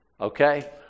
okay